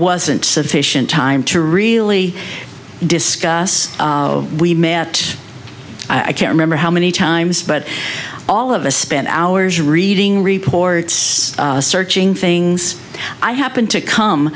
wasn't sufficient time to really discuss we met i can't remember how many times but all of us spend hours reading reports searching things i happened to come